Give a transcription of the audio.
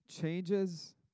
changes